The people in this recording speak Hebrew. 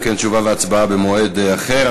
אם כן, תשובה והצבעה במועד אחר.